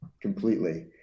completely